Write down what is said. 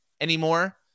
anymore